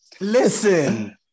listen